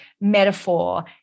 metaphor